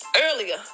earlier